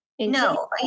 No